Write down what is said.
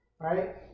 Right